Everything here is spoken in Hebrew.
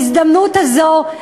בהזדמנות הזאת,